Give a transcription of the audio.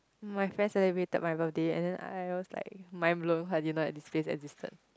my friends celebrated my birthday and then I was like mind blow I didn't know that this place existed